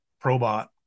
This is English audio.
Probot